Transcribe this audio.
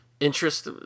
Interest